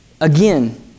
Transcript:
again